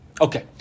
Okay